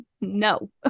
no